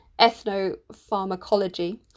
Ethnopharmacology